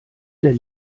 der